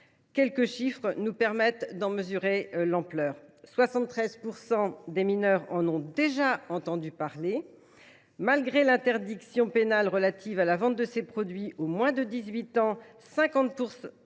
Quelques chiffres nous permettent d’en mesurer l’ampleur : 73 % des mineurs en ont déjà entendu parler ; malgré l’interdiction pénale de la vente de ces produits aux moins de 18 ans,